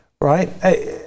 right